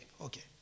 okay